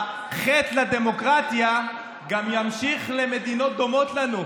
החטא לדמוקרטיה גם ימשיך למדינות דומות לנו.